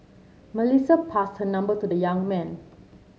Melissa passed her number to the young man